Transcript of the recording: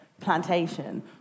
plantation